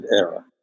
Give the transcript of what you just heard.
era